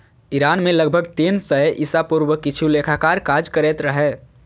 Iran मे लगभग तीन सय ईसा पूर्व किछु लेखाकार काज करैत रहै